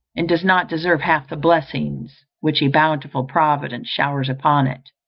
and does not deserve half the blessings which a bountiful providence showers upon it.